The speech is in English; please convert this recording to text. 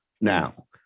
Now